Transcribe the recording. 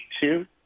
two